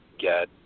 get